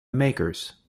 makers